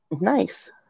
Nice